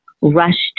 rushed